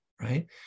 right